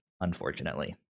unfortunately